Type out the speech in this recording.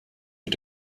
mit